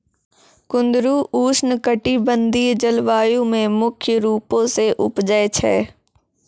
कुंदरु उष्णकटिबंधिय जलवायु मे मुख्य रूपो से उपजै छै